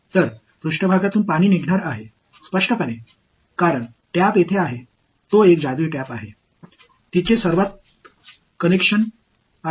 எனவே நீர் மேற்பரப்பில் இருந்து வெளியேறப் போகிறது வெளிப்படையாக குழாய் இங்கே இருப்பதால் அது ஒரு மந்திர தட்டு அது தோன்றிய இடத்திலேயே அது அதிக தொடர்பைக் கொண்டுள்ளது